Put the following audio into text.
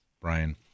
Brian